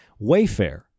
Wayfair